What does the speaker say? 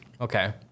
Okay